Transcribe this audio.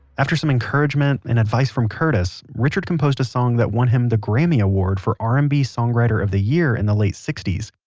after some encouragement and advice from curtis, richard composed a song that won him the grammy award for r and b songwriter of the year in the late sixty s.